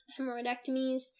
hemorrhoidectomies